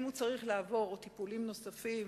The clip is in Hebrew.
אם הוא צריך לעבור טיפולים נוספים,